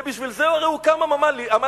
ובשביל זה הרי הוקם המל"ל.